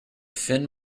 fin